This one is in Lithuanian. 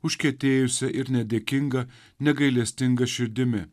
užkietėjusia ir nedėkinga negailestinga širdimi